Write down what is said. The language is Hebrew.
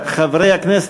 חברי הכנסת,